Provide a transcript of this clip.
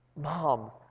Mom